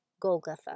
Golgotha